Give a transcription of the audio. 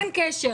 אין קשר.